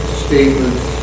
statements